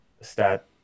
stat